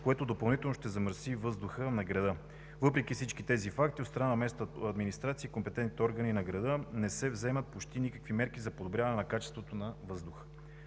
което допълнително ще замърси въздуха на града. Въпреки всички тези факти, от страна на местната администрация и компетентните органи на града не се вземат почти никакви мерки за проверяване на качеството на въздуха.